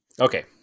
Okay